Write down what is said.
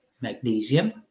magnesium